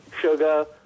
sugar